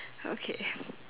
okay